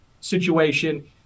situation